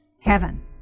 heaven